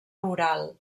rural